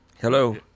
hello